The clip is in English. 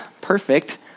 perfect